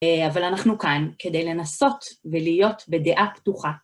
אבל אנחנו כאן כדי לנסות ולהיות בדעה פתוחה.